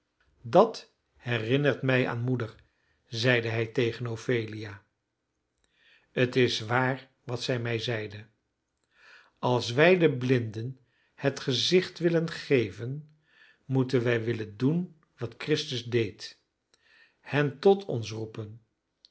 dat herinnert mij aan moeder zeide hij tegen ophelia het is waar wat zij mij zeide als wij de blinden het gezicht willen geven moeten wij willen doen wat christus deed hen tot ons roepen